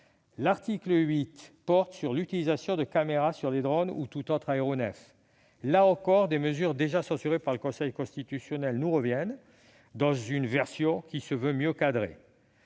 L'article 8 porte sur l'utilisation de caméras embarquées sur des drones ou tout autre aéronef. Là encore, des mesures censurées par le Conseil constitutionnel nous reviennent dans une version prétendument mieux cadrée.